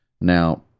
Now